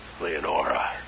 Leonora